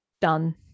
done